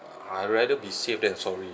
I rather be safe than sorry